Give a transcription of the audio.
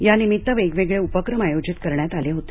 या निमित्त वेगवेगळे उपक्रम आयोजित करण्यात आले होते